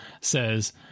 says